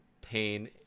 pain